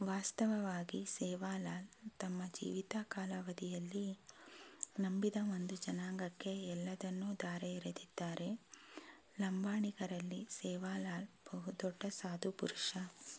ವಾಸ್ತವವಾಗಿ ಸೇವಾಲಾಲ್ ತಮ್ಮ ಜೀವಿತ ಕಾಲಾವಧಿಯಲ್ಲಿ ನಂಬಿದ ಒಂದು ಜನಾಂಗಕ್ಕೆ ಎಲ್ಲವನ್ನೂ ಧಾರೆ ಎರೆದಿದ್ದಾರೆ ಲಂಬಾಣಿಗರಲ್ಲಿ ಸೇವಾಲಾಲ್ ಬಹುದೊಡ್ಡ ಸಾಧುಪುರುಷ